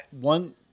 one